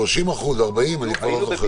30% או 40%, אני כבר לא זוכר.